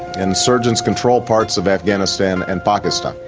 insurgents control parts of afghanistan and pakistan.